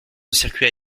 circuits